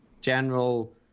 general